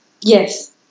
yes